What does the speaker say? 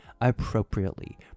appropriately